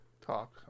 talk